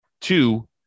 Two